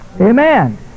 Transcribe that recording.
amen